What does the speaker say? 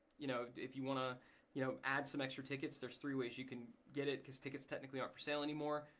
you know if you wanna you know add some extra tickets, there's three ways you can get it cause tickets technically aren't for sale anymore.